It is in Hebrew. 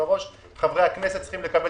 כל הרשימה המשותפת תמכה